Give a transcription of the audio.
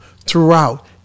throughout